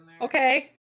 okay